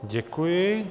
Děkuji.